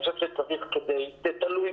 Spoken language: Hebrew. זה תלוי